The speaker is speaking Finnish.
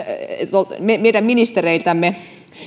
meidän ministereiltämme